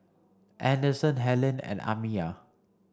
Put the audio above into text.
Anderson Helaine and Amiyah